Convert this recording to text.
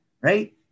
Right